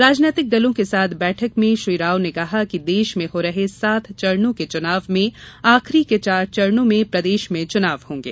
राजनैतिक दलों के साथ बैठक में श्री राव ने कहा कि देश में हो रहे सात चरणों के चुनाव में आखिरी के चार चरणों में प्रदेश में चुनाव होंगे